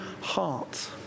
heart